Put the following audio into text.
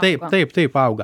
taip taip taip auga